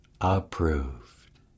approved